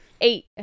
eight